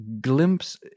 glimpse